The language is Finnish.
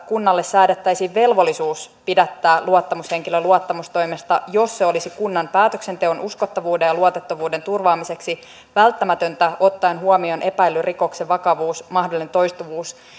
kunnalle säädettäisiin velvollisuus pidättää luottamushenkilö luottamustoimesta jos se olisi kunnan päätöksenteon uskottavuuden ja luotettavuuden turvaamiseksi välttämätöntä ottaen huomioon epäillyn rikoksen vakavuus mahdollinen toistuvuus